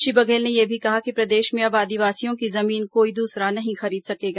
श्री बघेल ने यह भी कहा कि प्रदेश में अब आदिवासियों की जमीन कोई द्सरा नहीं खरीद सकेगा